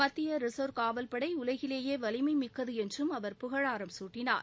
மத்திய ரிசர்வ காவல்படை உலகிலேயே வலிமைமிக்கது என்றும் அவர் புகழாரம் சூட்டினார்